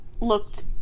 looked